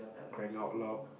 crying out loud